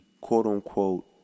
quote-unquote